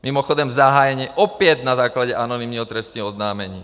Mimochodem zahájené opět na základě anonymního trestního oznámení.